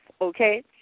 okay